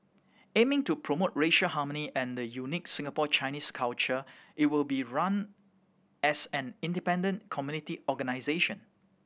aiming to promote racial harmony and the unique Singapore Chinese culture it will be run as an independent community organisation